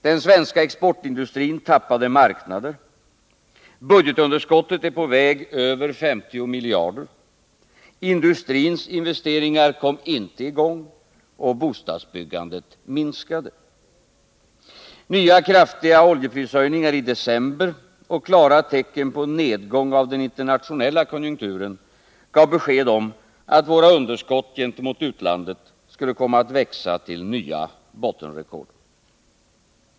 Den svenska exportindustrin tappade marknader, budgetunderskottet är på väg över 50 miljarder, industrins investeringar kom inte i gång och bostadsbyggandet minskade. Nya kraftiga oljeprishöjningar i december och klara tecken på en nedgång av den internationella konjunkturen gav besked om att våra underskott gentemot utlandet skulle komma att växa till nya bottenrekord.